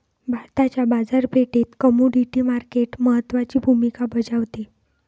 भारताच्या बाजारपेठेत commodity market महत्त्वाची भूमिका बजावते